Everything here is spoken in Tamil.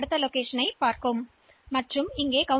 எல் ஜோடியை மீண்டும் சி